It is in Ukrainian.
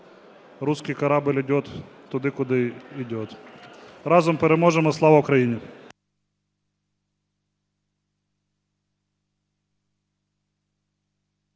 Русский корабль идет туди, куди идет. Разом переможемо. Слава Україні!